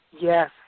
Yes